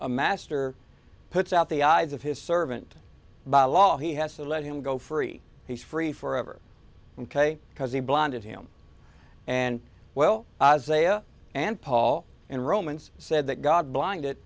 a master puts out the eyes of his servant by law he has to let him go free he's free forever because he blinded him and well and paul and romans said that god blind it